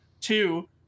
Two